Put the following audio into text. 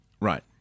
Right